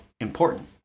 important